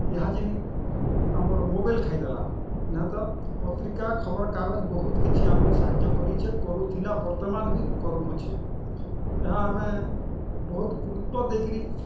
ଏହା ଜିନି ଆମର୍ ମୋବାଇଲ୍ ଖାଇଦେଲାନ ନେହତ ପତ୍ରିକା ଖବର୍ କାଗଜ ବହୁତ୍ କିଛି ଆମକୁ ସାହାଯ୍ୟ କରିଛେ କରୁଥିଲା ବର୍ତ୍ତମାନ ବି କରୁଅଛେ ଏହା ଆମେ ବହୁତ ଗୁରୁତ୍ୱ ଦେଇକିରି